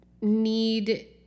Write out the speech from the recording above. need